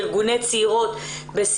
שקופה לחלוטין - אוכלוסיית הצעירות במצבי